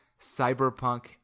cyberpunk